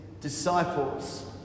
disciples